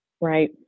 right